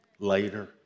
Later